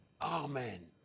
Amen